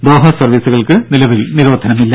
Doha സർവീസുകൾക്ക് നിലവിൽ നിരോധനമില്ല